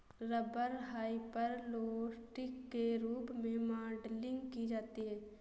rubber hyperelastic के रूप में मॉडलिंग की जाती है